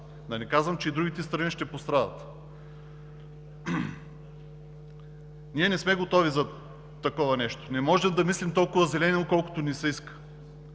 Да не казвам, че и другите страни ще пострадат. Ние не сме готови за такова нещо. Не може да мислим толкова зелено, колкото ни се иска!